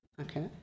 Okay